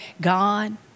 God